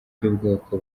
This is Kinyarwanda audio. y’ubwoko